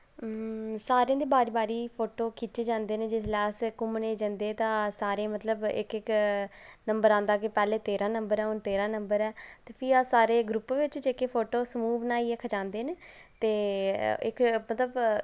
सारें दे बारी बारी फोटू खिच्चे जंदे न जिसलै अस घुम्मने ई जंदे तां सारे मतलब इक इक नम्बर औंदा कि पैह्लें तेरा नम्बर ऐ हुन तेरा नम्बर ऐ ते फ्ही अस सारे ग्रुप बिच जेह्के फोटू समूह् बनाइयै खचांदे न ते इक मतलब